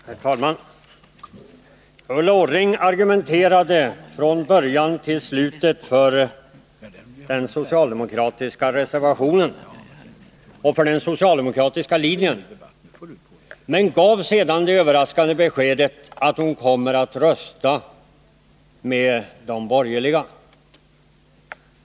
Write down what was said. Herr talman! Ulla Orring argumenterade från början till slut för de socialdemokratiska reservationerna och för den socialdemokratiska linjen, men gav sedan det överraskande beskedet att hon kommer att rösta med de borgerliga.